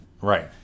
Right